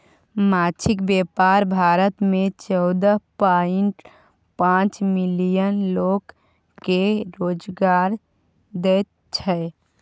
माछक बेपार भारत मे चौदह पांइट पाँच मिलियन लोक केँ रोजगार दैत छै